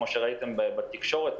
כמו שראיתם בתקשורת,